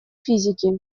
физики